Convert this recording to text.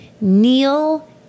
Kneel